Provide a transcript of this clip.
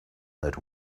that